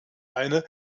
eine